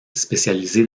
spécialisée